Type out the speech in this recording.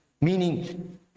meaning